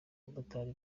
abamotari